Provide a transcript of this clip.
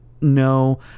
no